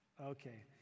Okay